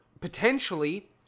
potentially